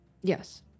Yes